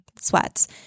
sweats